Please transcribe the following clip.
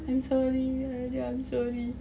I'm sorry arya I'm sorry